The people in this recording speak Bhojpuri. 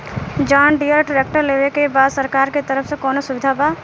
जॉन डियर ट्रैक्टर लेवे के बा सरकार के तरफ से कौनो सुविधा बा?